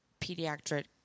pediatric